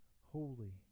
holy